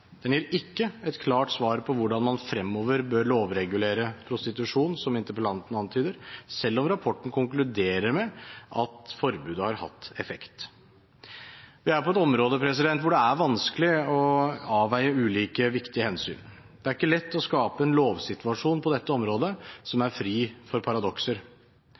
Den gir ikke et klart svar på hvordan man fremover bør lovregulere prostitusjon, som interpellanten antyder, selv om rapporten konkluderer med at forbudet har hatt effekt. Vi er på et område hvor det er vanskelig å avveie ulike viktige hensyn. Det er ikke lett å skape en lovsituasjon på dette området som er fri for paradokser.